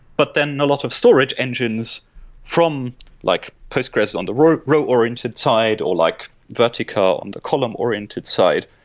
but then, a lot of storage engines from like postgres under ah row-oriented side, or like vertica on the column-oriented side,